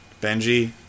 Benji